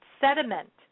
sediment